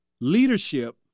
leadership